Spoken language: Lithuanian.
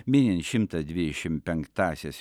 minint šimtas dvidešimt penktąsias